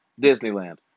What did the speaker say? Disneyland